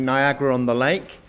Niagara-on-the-Lake